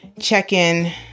check-in